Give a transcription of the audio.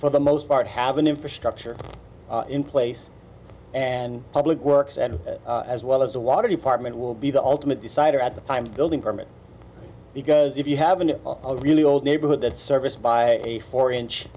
for the most part have an infrastructure in place and public works and as well as a water department will be the ultimate decider at the time building permit because if you have a really old neighborhood that serviced by a four inch